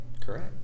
correct